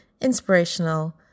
inspirational